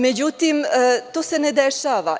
Međutim, to se ne dešava.